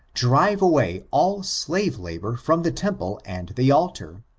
drive away all slave labor from the temple and the altar.